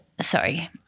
sorry